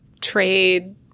trade